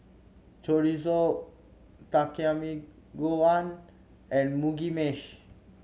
Chorizo Takikomi Gohan and Mugi Meshi